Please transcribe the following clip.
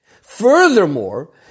Furthermore